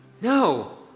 No